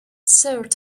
sort